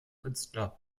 künstler